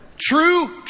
True